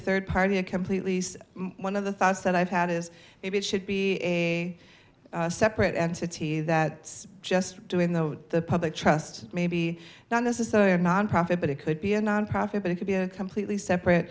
third party a completely one of the thoughts that i've had is maybe it should be a separate entity that just doing the public trust maybe not necessarily a nonprofit but it could be a nonprofit but it could be a completely separate